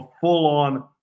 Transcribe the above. full-on